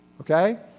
okay